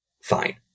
fine